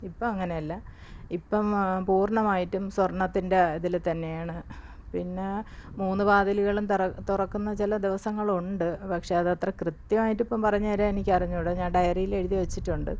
ഇപ്പം അങ്ങനെയല്ല ഇപ്പം പൂർണമായിട്ടും സ്വർണത്തിന്റെ ഇതില് തന്നെയാണ് പിന്നെ മൂന്ന് വാതിലുകളും തുറക്കുന്ന ചില ദിവസങ്ങളുണ്ട് പക്ഷേ അത് അത്ര കൃത്യമായിട്ട് ഇപ്പം പറഞ്ഞു തരാന് എനിക്കറിഞ്ഞുടാ ഞാന് ഡയറിയിൽ എഴുതി വച്ചിട്ടുണ്ട്